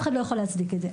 אף אחד לא יכול להצדיק את זה,